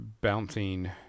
bouncing